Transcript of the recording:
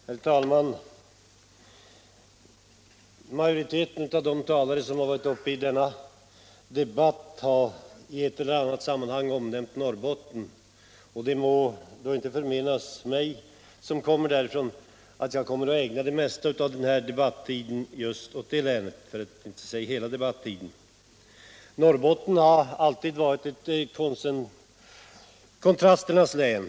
Herr talman! Majoriteten av de talare som varit uppe i denna debatt har i ett eller annat sammanhang omnämnt Norrbotten. Det må därför inte förmenas mig, som kommer därifrån, att ägna det mesta av min debattid, för att inte säga hela debattiden, åt det länet. Norrbotten har alltid varit ett kontrasternas län.